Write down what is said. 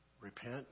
repent